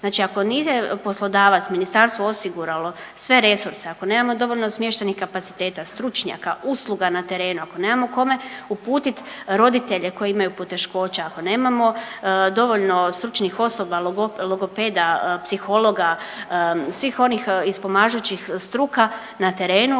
Znači ako nije poslodavac, ministarstvo osiguralo sve resurse, ako nemamo dovoljno smještajnih kapaciteta, stručnjaka, usluga na terenu, ako nemamo kome uputit roditelje koji imaju poteškoća, ako nemamo dovoljno stručnih osoba logopeda, psihologa svih onih ispomažućih struka na terenu